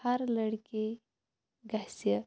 ہر لٔڑکی گژھِ